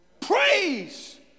Praise